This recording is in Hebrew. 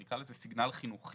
נקרא לזה סיגנל חינוכי